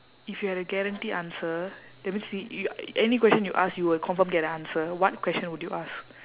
if you had a guarantee answer that means y~ any question you ask you will confirm get an answer what question would you ask